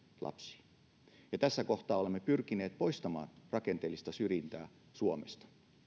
lapsiin tässä kohtaa olemme pyrkineet poistamaan rakenteellista syrjintää suomesta